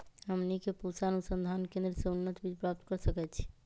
हमनी के पूसा अनुसंधान केंद्र से उन्नत बीज प्राप्त कर सकैछे?